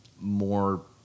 more